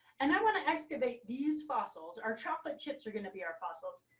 and i want to excavate these fossils, our chocolate chips are going to be our fossils,